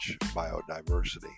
biodiversity